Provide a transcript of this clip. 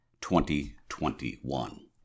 2021